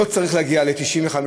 לא צריך להגיע ל-95%,